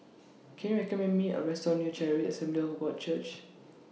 Can YOU recommend Me A Restaurant near Charis Assembly of God Church